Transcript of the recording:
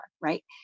right